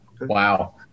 Wow